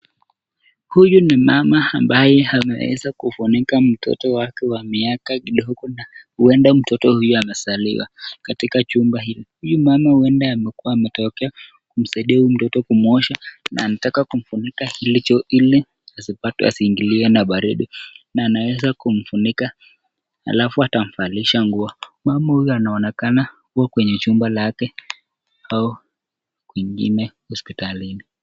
Huyu ni mama ambaye ameweza kumfunika mtoto wake wa miaka kidogo na huenda mtoto huyu amezaliwa katika chumba hili. Huyu mama huenda amekuwa ametokea kumsaidia huyu mtoto kumwosha na anataka kumfunika hili ili asipatwe asiingiliwe na baridi. Na anaweza kumfunika alafu atamvalisha nguo. Mama huyu anaonekana yuko kwenye chumba lake au kwingine hospitalini.